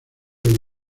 del